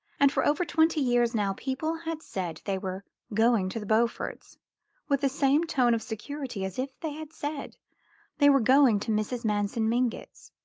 and for over twenty years now people had said they were going to the beauforts' with the same tone of security as if they had said they were going to mrs. manson mingott's,